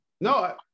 No